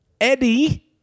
Eddie